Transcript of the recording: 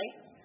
right